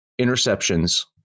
interceptions